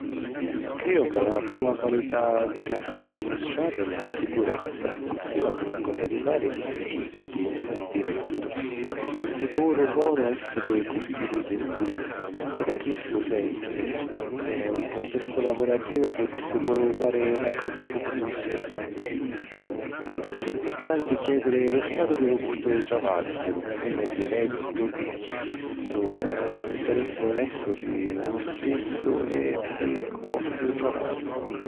Crìu ca la prima qualità ca s’havi a mustrari è la sicurezza, accussì la prima cosa di fari fussi chidda di èssiri direttu. Fussi puru bonu èssiri curtisi e gentili, però chistu sempri, e ‘n cuntestu lavorativu, putissi pàriri na cosa pocu sincera. Fussi ‘mpurtanti chièdiri lu statu di lu postu di travagghiu, unni è direttu, picchì chistu è 'n interessi onestu pi unu stissu e pi cu offri lu travagghiu.